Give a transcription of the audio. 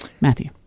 Matthew